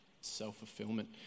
self-fulfillment